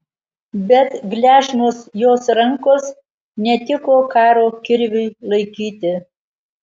bet gležnos jos rankos netiko karo kirviui laikyti